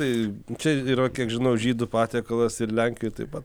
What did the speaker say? tai čia yra kiek žinau žydų patiekalas ir lenkijoj taip pat